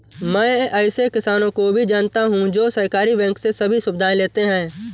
मैं ऐसे किसानो को भी जानता हूँ जो सहकारी बैंक से सभी सुविधाएं लेते है